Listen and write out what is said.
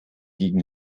gegen